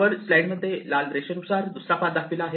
वर स्लाइड मध्ये लाल रेषेनुसार दुसरा पाथ दाखविला आहे